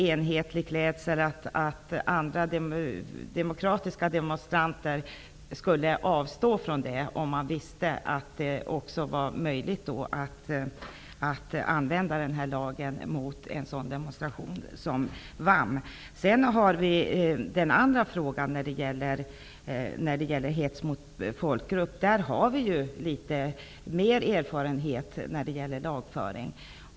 Jag tror att andra, demokratiska demonstranter, skulle avstå från reklambetonad och enhetlig klädsel, om de visste att det skulle vara möjligt att använda den här lagen mot en organisation som VAM. När det gäller frågan om hets mot folkgrupp har vi mer erfarenhet av lagföring.